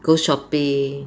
go shopping